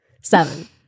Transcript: Seven